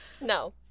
No